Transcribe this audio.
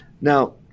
Now